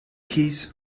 keys